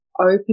open